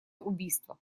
убийства